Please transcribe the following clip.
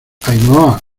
ainhoa